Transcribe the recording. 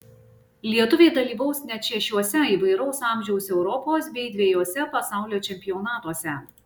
lietuviai dalyvaus net šešiuose įvairaus amžiaus europos bei dvejuose pasaulio čempionatuose